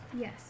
Yes